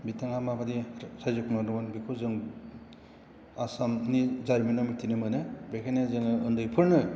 बिथाङा माबायदि सायज खालामनानै दंमोन बेखौ जों आसामनि जारिमिनाव मिथिनो मोनो बेखायनो जोङो उन्दैफोरनो